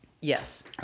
Yes